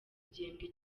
gihembwe